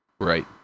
Right